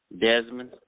Desmond